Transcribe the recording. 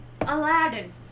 Aladdin